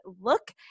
look